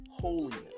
holiness